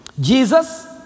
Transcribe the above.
Jesus